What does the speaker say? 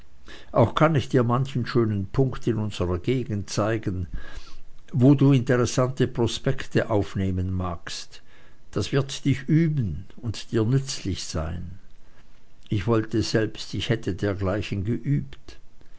auch kann ich dir manchen schönen punkt in unserer gegend zeigen wo du interessante prospekte aufnehmen magst das wird dich üben und dir nützlich sein ich wollte selbst ich hätte dergleichen geübt